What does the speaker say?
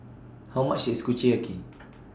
How much IS Kushiyaki